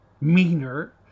meaner